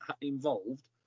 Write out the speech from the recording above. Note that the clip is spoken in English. involved